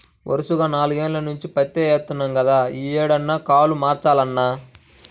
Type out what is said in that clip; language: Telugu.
వరసగా నాల్గేల్ల నుంచి పత్తే యేత్తన్నాం గదా, యీ ఏడన్నా కాలు మార్చాలన్నా